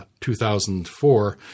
2004